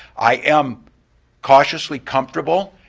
i am cautiously comfortable,